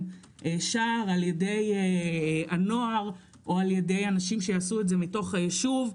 שער אולי על-ידי הנוער או אנשים שיעשו את זה מתוך היישוב,